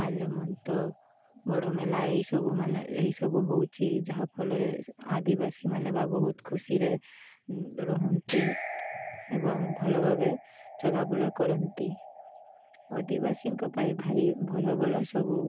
ମାଲ୍ୟବନ୍ତ ବଡ଼ ମେଳା ଏହିସବୁ ମାନେ ଏହିସବୁ ହେଉଛି ଯାହା'ଫଳରେ ଆଦିବାସୀମାନେ ବା ବହୁତ ଖୁସିରେ ରହନ୍ତି ଏବଂ ଭଲ ଭାବେ ଚଲାବୁଲା କରନ୍ତି ଆଦିବାସୀଙ୍କ ପାଇଁ ଭାରି ଭଲ ଭଲ ସବୁ